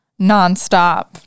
nonstop